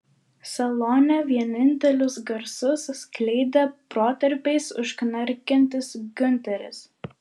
salone vienintelius garsus skleidė protarpiais užknarkiantis giunteris